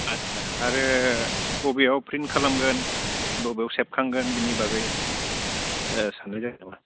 आदचा आरो बबेयाव प्रिन्ट खालामगोन बबेयाव सेबखांगोन बिनि बागै ओ साननाय जायाखै नामा